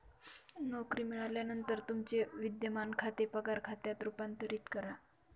नोकरी मिळाल्यानंतर तुमचे विद्यमान खाते पगार खात्यात रूपांतरित करा